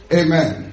amen